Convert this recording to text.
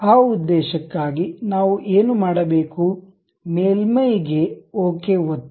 ಆ ಉದ್ದೇಶಕ್ಕಾಗಿ ನಾವು ಏನು ಮಾಡಬೇಕು ಮೇಲ್ಮೈಗೆ ಓಕೆ ಒತ್ತಿ